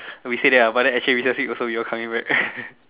we say that ah but then actually we next week also coming back